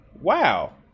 wow